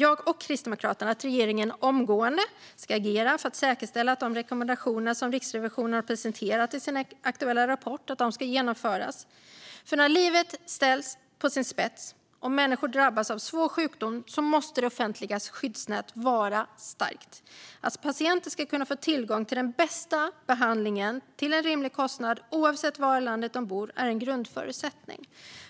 jag och Kristdemokraterna att regeringen omgående ska agera för att säkerställa att de rekommendationer som Riksrevisionen presenterat i sin aktuella rapport genomförs. När livet ställs på sin spets och människor drabbas av svår sjukdom måste det offentligas skyddsnät vara starkt. Att patienter ska kunna få tillgång till den bästa behandlingen till en rimlig kostnad oavsett var i landet de bor är en grundförutsättning.